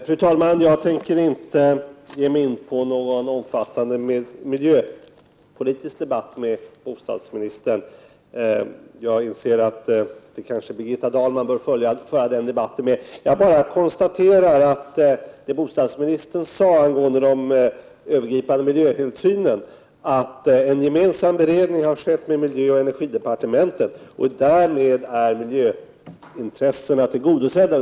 Fru talman! Jag tänker inte ge mig in i någon omfattande miljöpolitisk debatt med bostadsministern. Jag inser att debatten nog borde föras med Birgitta Dahl. När det gäller frågan om övergripande miljöhänsyn noterar jag att bostadsministern sade att en gemensam beredning har skett med miljöoch energidepartementet och att miljöintressena därmed är tillgodosedda.